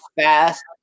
fast